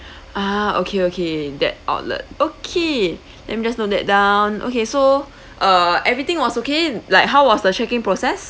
ah okay okay that outlet okay let me just note that down okay so uh everything was okay like how was the check-in process